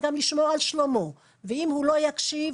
גם לשמור על שלומו ואם הוא לא יקשיב,